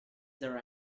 there